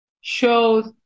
shows